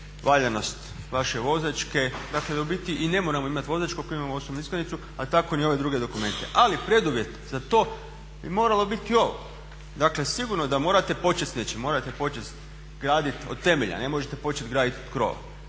valjanost vaše vozačke, dakle da u biti i ne moramo imati vozačku ako imamo osobnu iskaznicu a tako ni ove druge dokumente. Ali preduvjet za to bi moralo biti ovo. Dakle sigurno je da morate početi s nečim. Morate početi graditi od temelja, ne možete početi graditi krov.